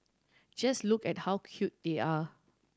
just look at how cute they are